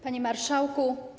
Panie Marszałku!